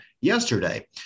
yesterday